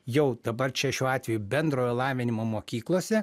jau dabar čia šiuo atveju bendrojo lavinimo mokyklose